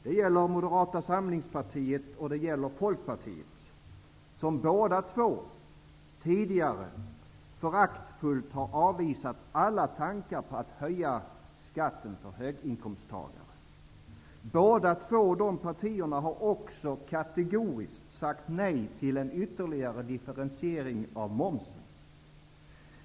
Det gäller Moderata samlingspartiet och Folkpartiet, som båda två tidigare föraktfullt har avvisat alla tankar på att höja skatten för höginkomsttagare. Båda dessa partier har också kategoriskt sagt nej till en ytterligare differentiering av momsen.